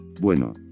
Bueno